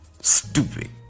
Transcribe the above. Stupid